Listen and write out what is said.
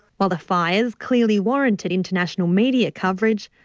while the fires clearly warranted international media coverage,